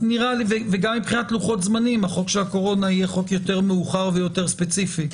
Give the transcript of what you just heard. וגם מבחינת לוחות זמנים החוק של הקורונה יהיה יותר מאוחר ויותר ספציפי.